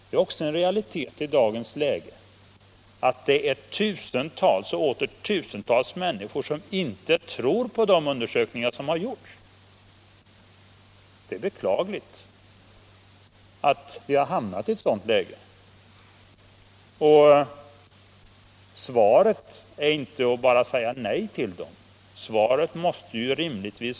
Det är också en realitet i dagens läge att tusentals och åter tusentals människor inte tror på de undersökningar som har gjorts. Det är beklagligt att vi har hamnat i ett sådant läge, och vi kan inte bara helt bortse från dessa människors misstro.